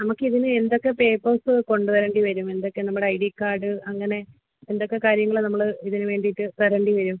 നമുക്കിതിന് എന്തൊക്കെ പേപ്പേഴ്സ് കൊണ്ട് വരേണ്ടി വരും എന്തൊക്കെ നമ്മുടെ ഐ ഡി കാർഡ് അങ്ങനെ എന്തൊക്കെ കാര്യങ്ങൾ നമ്മൾ ഇതിന് വേണ്ടീട്ട് തരേണ്ടി വരും